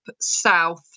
south